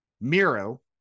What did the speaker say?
Miro